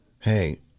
hey